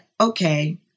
Okay